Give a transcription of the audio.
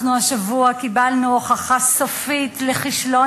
אנחנו השבוע קיבלנו הוכחה סופית לכישלון